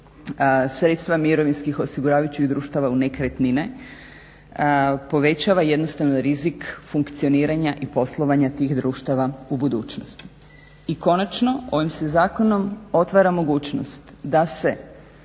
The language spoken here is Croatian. sredstva mirovinskih osiguravajućih društava u nekretnine povećava jednostavno rizik funkcioniranja i poslovanja tih društava u budućnosti. I konačno, ovim se zakonom otvara mogućnost da se